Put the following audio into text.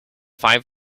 five